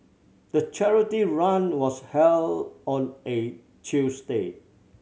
the charity run was held on a Tuesday